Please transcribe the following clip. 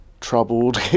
troubled